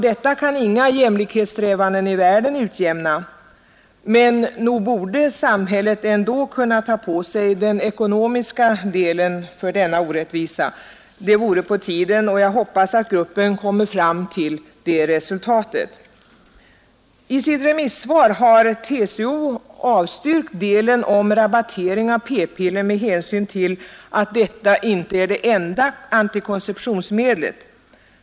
Detta kan inga jämlikhetssträvanden i världen utjämna, men nog borde samhället ändå kunna ta på sig den ekonomiska delen av denna orättvisa — det vore på tiden, och jag hoppas att gruppen kommer fram till det resultatet. I sitt remissvar har TCO avstyrkt delen om rabattering av p-piller med hänsyn till att detta inte är det enda antikonceptionsmedlet.